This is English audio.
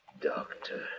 Doctor